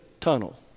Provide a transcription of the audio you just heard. tunnel